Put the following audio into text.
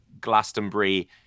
glastonbury